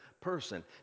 person